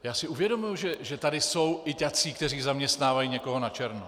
Já si uvědomuji, že tady jsou i tací, kteří zaměstnávají někoho načerno.